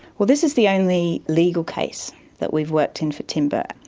well, this is the only legal case that we've worked in for timber,